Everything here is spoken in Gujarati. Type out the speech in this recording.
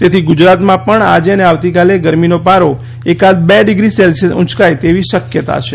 તેથી ગુજરાતમાં પણ આજે અને આવતીકાલે ગરમીનો પારો એકાદ બે ડિગ્રી સેલ્સીયસ ઉંયકાય તેવી શક્યતા છે